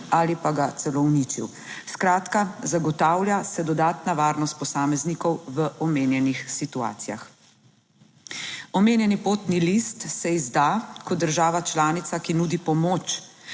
ali pa ga celo uničil. Skratka, zagotavlja se dodatna varnost posameznikov v omenjenih situacijah. Omenjeni potni list se izda kot država članica, ki nudi pomoč